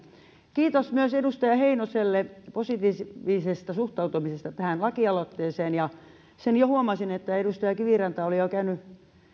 kiitos myös edustaja heinoselle positiivisesta suhtautumisesta tähän lakialoitteeseen sen jo huomasin että edustaja kiviranta oli jo käynyt